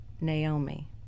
Naomi